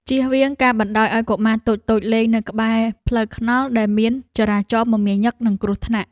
ជៀសវាងការបណ្តោយឱ្យកុមារតូចៗលេងនៅក្បែរផ្លូវថ្នល់ដែលមានចរាចរណ៍មមាញឹកនិងគ្រោះថ្នាក់។